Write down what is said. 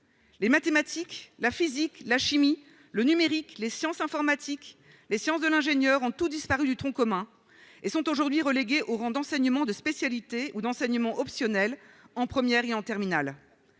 Les mathématiques, la physique, la chimie, le numérique, les sciences informatiques, les sciences de l'ingénieur ont tous disparu du tronc commun et sont aujourd'hui reléguées au rang d'enseignement de spécialité ou d'enseignement optionnel en première et en terminale,